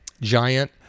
giant